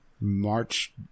March